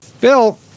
Bill